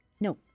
No